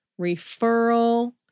referral